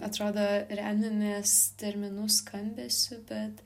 atrodo remiamės terminų skambesiu bet